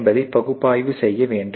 என்பதை பகுப்பாய்வு செய்ய வேண்டும்